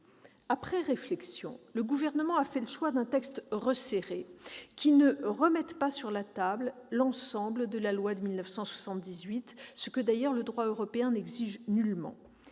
Après réflexion, le Gouvernement a fait le choix d'un texte resserré qui ne remette pas sur la table l'ensemble de la loi de 1978, ce que le droit européen n'exige nullement.